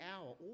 hour